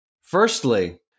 Firstly